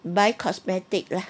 buy cosmetic lah